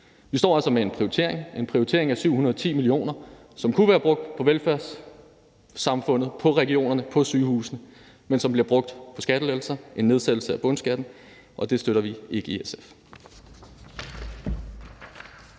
Vi står altså med en prioritering af 710 mio. kr., som kunne være brugt på velfærdssamfundet, på regionerne og på sygehusene, men som bliver brugt på skattelettelser og en nedsættelse af bundskatten, og det støtter vi ikke i SF.